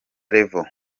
level